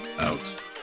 out